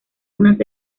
unas